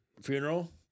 funeral